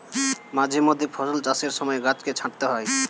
মাঝে মধ্যে ফল চাষের সময় গাছকে ছাঁটতে হয়